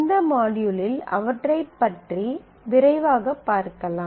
இந்த மாட்யூலில் அவற்றைப் பற்றி விரைவாகப் பார்க்கலாம்